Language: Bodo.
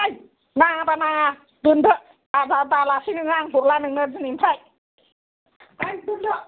ओइ नाङाबा नाङा दोनदो बाराबा दालासै नोङो आं हरला नोंनो दिनैनिफ्राय ओइ दोनदो